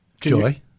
Joy